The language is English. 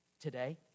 today